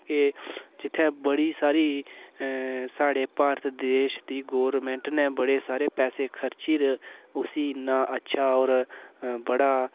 के जित्थें बड़ी सारी स्हाडे़ भारत देश दी गौरमेंट ने बड़े सारे पैसे खर्ची'र उसी इन्ना अच्छा होर बड़ा